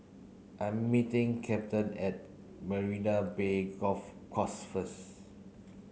I am meeting Captain at Marina Bay Golf Course first